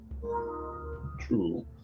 True